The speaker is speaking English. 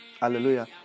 Hallelujah